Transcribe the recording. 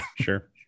sure